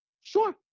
Sure